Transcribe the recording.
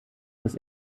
das